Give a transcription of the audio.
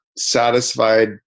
satisfied